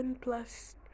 plus